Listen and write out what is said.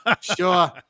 Sure